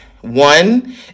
one